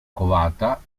covata